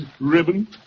ribbon